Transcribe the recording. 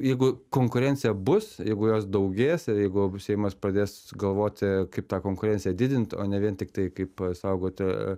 jeigu konkurencija bus jeigu jos daugės jeigu seimas pradės galvoti kaip tą konkurenciją didint o ne vien tiktai kaip saugoti